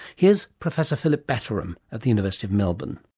here's professor philip batterham at the university of melbourne.